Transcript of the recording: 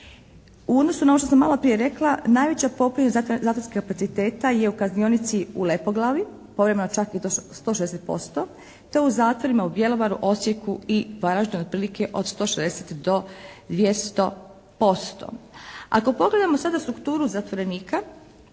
U odnosu na ono što sam maloprije rekla najveća …/Govornik se ne razumije./… zatvorskog kapaciteta je u kaznionici u Lepoglavi, po ovima čak i 160% te u zatvorima u Bjelovaru, Osijeku i Varaždinu otprilike od 160 do 200%. Ako pogledamo sada strukturu zatvorenika